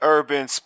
Urban